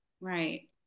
Right